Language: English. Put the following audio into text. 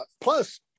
plus